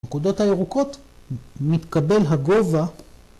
נקודות הירוקות מתקבל הגובה